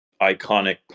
iconic